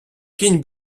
кінь